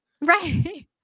Right